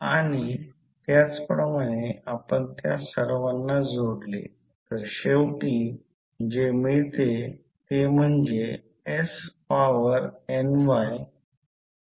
आता आपण म्युच्युअल इंडक्टन्सचा विचार करूया आता ही कॉइल असेल हे कॉइल व्होल्टेज i1 i2 मुळे तयार होईल पण ते डॉट सोडून डॉटमध्ये प्रवेश करत आहे